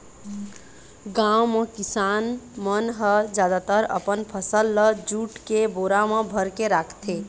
गाँव म किसान मन ह जादातर अपन फसल ल जूट के बोरा म भरके राखथे